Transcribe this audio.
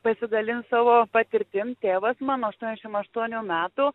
pasidalint savo patirtim tėvas mano aštuoniasdešimt aštuonių metų